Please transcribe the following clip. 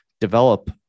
develop